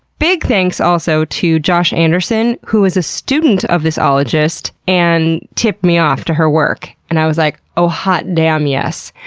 big thanks also to josh anderson, who is a student of this ologist and tipped me off to her work. and i was like, oh hot damn, yes!